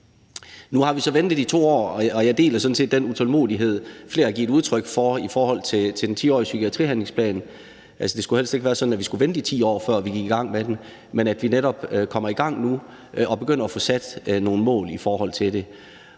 Nu har vi så ventet i 2 år, og jeg deler sådan set den utålmodighed, flere har givet udtryk for i forhold til den 10-årige psykiatrihandlingsplan. Altså, det skulle helst ikke være sådan, at vi skulle vente i 10 år, før vi gik i gang med den, men at vi netop kommer i gang nu og begynder at få sat nogle mål i forhold til det.